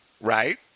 right